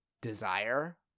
desire